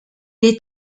est